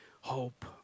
hope